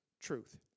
truth